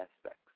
aspects